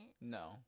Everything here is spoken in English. No